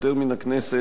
שהתפטר מן הכנסת,